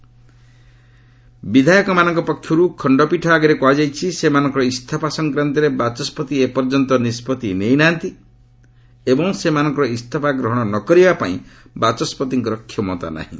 MLA ମାନଙ୍କ ପକ୍ଷରୁ ଖଣ୍ଡପୀଠଙ୍କ ଆଗରେ କୁହାଯାଇଛି ସେମାନଙ୍କର ଇସ୍ତଫା ସଂକ୍ରାନ୍ତରେ ବାଚସ୍ୱତି ଏପର୍ଯ୍ୟନ୍ତ ନିଷ୍କଭି ନେଇନାହାନ୍ତି ଏବଂ ସେମାନଙ୍କର ଇସ୍ତଫା ଗ୍ରହଣ ନକରିବା ପାଇଁ ବାଚସ୍କତିଙ୍କର କ୍ଷମତା ନାହିଁ